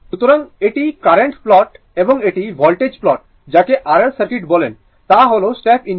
সুতরাং এটি current plot এবং এটি ভোল্টেজ প্লট যাকে R L সার্কিট বলেন তা হল স্টেপ ইনপুট